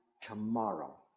tomorrow